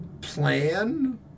plan